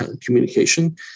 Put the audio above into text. communication